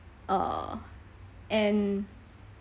uh and